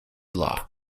law